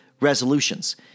resolutions